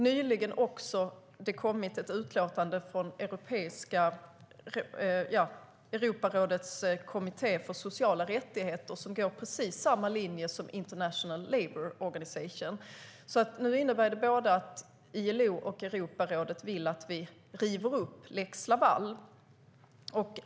Nyligen kom också ett utlåtande från Europarådets kommitté för sociala rättigheter som går på precis samma linje som ILO. Det betyder att både ILO och Europarådet vill att vi river upp lex Laval.